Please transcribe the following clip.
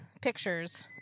pictures